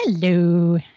hello